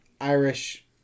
Irish